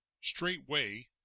Straightway